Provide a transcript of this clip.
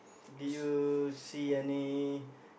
did you see any